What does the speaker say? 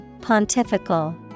Pontifical